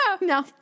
No